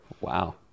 Wow